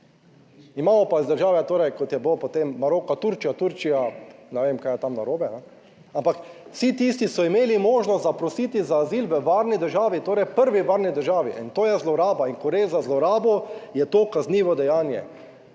imamo pa iz države, torej kot je bilo potem Maroka, Turčija, Turčija, ne vem kaj je tam narobe, ampak vsi tisti so imeli možnost zaprositi za azil v varni državi, torej prvi varni državi in to je zloraba. In ko gre za zlorabo, je to kaznivo dejanje